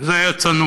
זה היה צנוע,